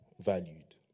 valued